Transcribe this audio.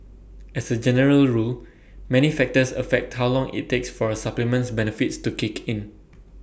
as A general rule many factors affect how long IT takes for A supplement's benefits to kick in